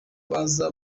baza